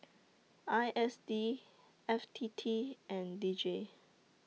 I S D F T T and D J